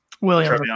William